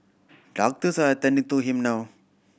doctors are attending to him now